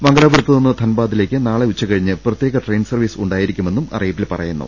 മംഗലാപുരത്തുനിന്ന് ്യൻബാദിലേക്ക് നാളെ ഉച്ചകഴിഞ്ഞ് പ്രത്യേക ട്രെയിൻ സർവീസ് ഉണ്ടായിരിക്കുമെന്നും അറിയിപ്പിൽ പറയുന്നു